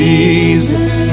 Jesus